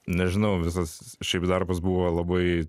nežinau visas šiaip darbas buvo labai